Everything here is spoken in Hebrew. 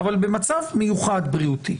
אבל במצב מיוחד בריאותי.